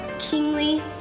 Kingly